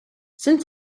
since